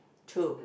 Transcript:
two